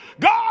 God